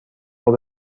قوه